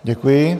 Děkuji.